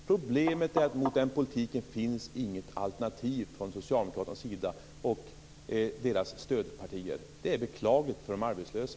Problemet är att det inte finns något alternativ till den politiken från socialdemokraternas och deras stödpartiers sida. Det är beklagligt för de arbetslösa.